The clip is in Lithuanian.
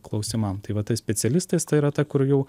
klausimam tai va tas specialistas tai yra ta kur jau